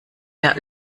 der